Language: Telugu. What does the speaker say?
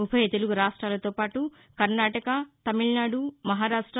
ఉభయ తెలుగు రాష్టాలతో పాటు కర్ణాటక తమిళనాడు మహారాష్ట్